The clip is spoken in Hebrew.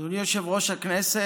אדוני יושב-ראש הכנסת,